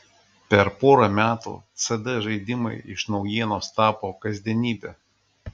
per porą metų cd žaidimai iš naujienos tapo kasdienybe